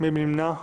מי נמנע?